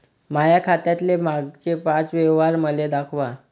माया खात्यातले मागचे पाच व्यवहार मले दाखवा